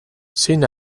zein